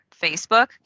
Facebook